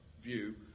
view